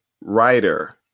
writer